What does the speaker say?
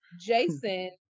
Jason